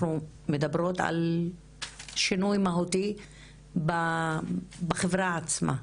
אנחנו מדברות על שינוי מהותי בחברה עצמה.